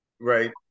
Right